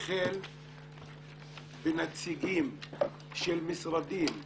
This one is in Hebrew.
החל בנציגים של משרדים,